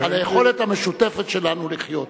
ליכולת המשותפת שלנו לחיות.